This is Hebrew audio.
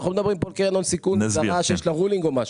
אנחנו לא מדברים פה על קרן הון סיכון עם הגדרה שיש לה רולינג או משהו,